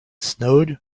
snowed